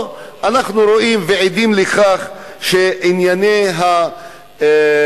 או שאנחנו רואים ועדים לכך שענייני האלימות